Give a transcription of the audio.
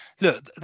Look